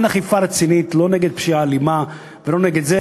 אין אכיפה רצינית, לא נגד פשיעה אלימה ולא נגד זה.